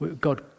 God